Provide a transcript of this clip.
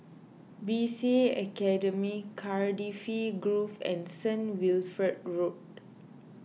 B C A Academy Cardifi Grove and Saint Wilfred Road